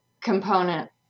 component